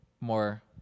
more